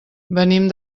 venim